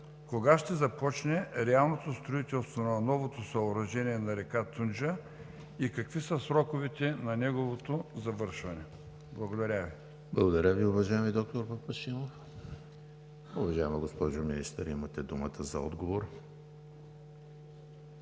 кога ще започне реалното строителство на новото съоръжение на река Тунджа и какви са сроковете на неговото завършване? Благодаря Ви. ПРЕДСЕДАТЕЛ ЕМИЛ ХРИСТОВ: Благодаря Ви, уважаеми доктор Папашимов. Уважаема госпожо Министър, имате думата за отговор.